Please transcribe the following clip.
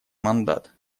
мандат